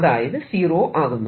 അതായത് സീറോ ആകുന്നു